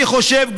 אני חושב,